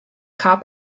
car